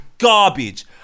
garbage